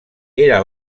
era